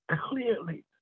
clearly